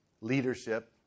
leadership